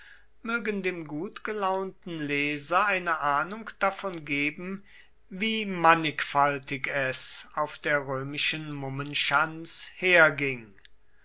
mögen dem gutgelaunten leser eine ahnung davon geben wie mannigfaltig es auf der römischen mummenschanz herging